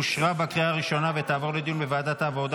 אושרה בקריאה הראשונה ותעבור לדיון בוועדת העבודה